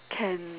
can